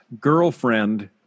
girlfriend